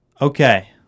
Okay